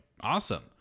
awesome